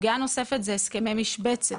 סוגיה נוספת זה הסכמי משבצת.